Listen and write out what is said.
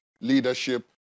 leadership